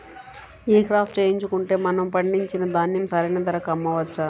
ఈ క్రాప చేయించుకుంటే మనము పండించిన ధాన్యం సరైన ధరకు అమ్మవచ్చా?